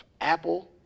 Apple